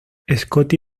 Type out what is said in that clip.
scotty